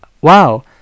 Wow